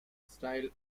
style